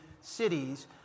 cities